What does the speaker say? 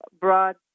broad